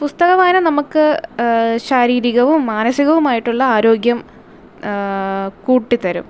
പുസ്തക വായന നമുക്ക് ശാരീരികവും മാനസികവുമായിട്ടുള്ള ആരോഗ്യം കൂട്ടിത്തരും